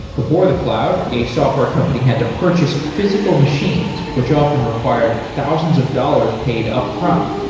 before the cloud, a software company had to purchase physical machines, which often required thousands of dollars paid up front.